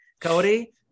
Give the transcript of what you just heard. Cody